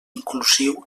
inclusiu